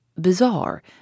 bizarre